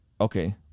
okay